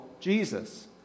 Jesus